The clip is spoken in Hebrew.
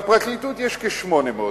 בפרקליטות יש כ-800 תובעים,